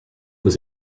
was